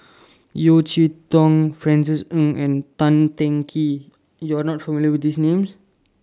Yeo Cheow Tong Francis Ng and Tan Teng Kee YOU Are not familiar with These Names